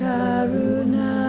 Karuna